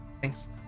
Thanks